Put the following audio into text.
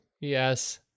Yes